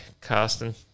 Carsten